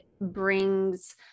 brings